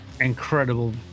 Incredible